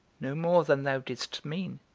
no more than thou didst mean,